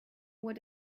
what